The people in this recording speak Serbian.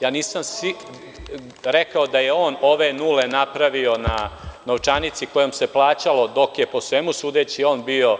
Ja nisam rekao da je on ove nule napravio na novčanici kojom se plaćalo, dok je, po svemu sudeći, on bio